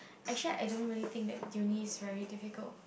actually I don't really think that uni is very difficult